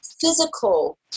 physical